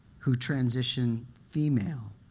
who transition female,